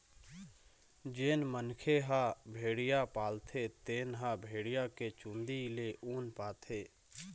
जेन मनखे ह भेड़िया पालथे तेन ह भेड़िया के चूंदी ले ऊन पाथे